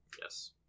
Yes